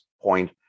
point